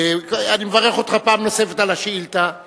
אני מברך אותך פעם נוספת על השאילתא,